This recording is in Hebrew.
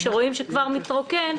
כשרואים שמתרוקן,